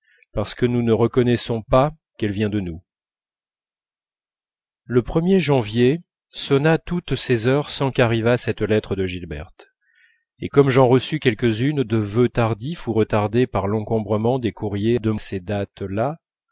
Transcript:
parce que nous ne connaissons pas qu'elle vient de nous le ier janvier sonna toutes les heures sans qu'arrivât cette lettre de gilberte et comme j'en reçus quelques-unes de vœux tardifs ou retardés par l'encombrement des courriers de ces dates là